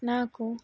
నాకు